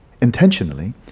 intentionally